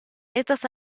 estas